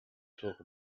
talk